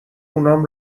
اونام